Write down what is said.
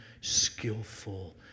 skillful